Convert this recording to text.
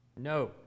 No